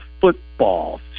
football